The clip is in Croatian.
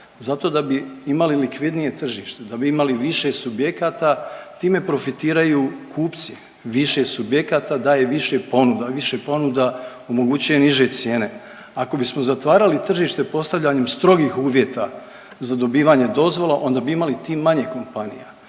Zato da bi imali likvidnije tržište, da bi imali više subjekata. Time profitiraju kupci. Više subjekata daje više ponuda, više ponuda omogućuje niže cijene. Ako bismo zatvarali tržište postavljanjem strogih uvjeta za dobivanje dozvola, onda bi imali tim manje kompanija.